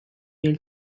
nel